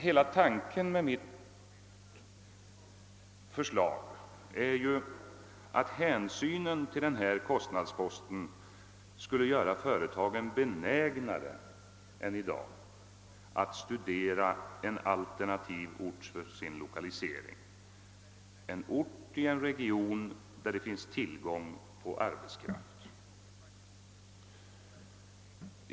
Hela tanken med mitt förslag är emellertid att hänsynen till denna kostnadspost skulle göra företagen mera benägna än i dag att studera en alternativ ort för sin lokalisering — en ort i en region där det finns tillgång på arbetskraft.